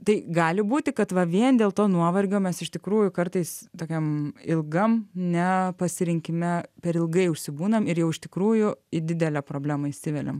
tai gali būti kad va vien dėl to nuovargio mes iš tikrųjų kartais tokiam ilgam nepasirinkime per ilgai užsibūnam ir jau iš tikrųjų į didelę problemą įsiveliam